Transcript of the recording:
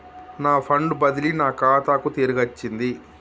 నా ఫండ్ బదిలీ నా ఖాతాకు తిరిగచ్చింది